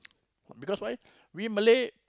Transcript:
because why we Malay